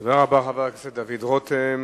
תודה רבה, חבר הכנסת דוד רותם.